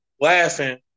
laughing